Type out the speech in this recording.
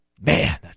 Man